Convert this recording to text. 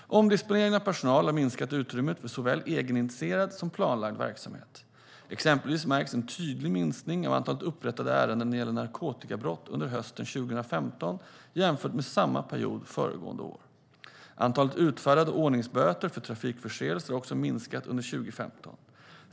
Omdisponeringarna av personal har minskat utrymmet för såväl egeninitierad som planlagd verksamhet. Exempelvis märks en tydlig minskning av antalet upprättade ärenden gällande narkotikabrott under hösten 2015 jämfört med samma period föregående år. Antalet utfärdade ordningsböter för trafikförseelser har också minskat under 2015.